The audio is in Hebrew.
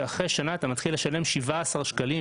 כאשר אחרי שנה אתה מתחיל לשלם 17 שקלים,